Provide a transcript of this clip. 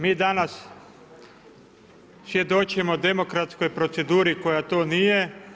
Mi danas svjedočimo demokratskoj proceduri koja to nije.